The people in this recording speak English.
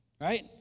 Right